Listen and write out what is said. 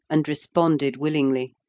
and responded willingly.